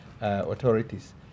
authorities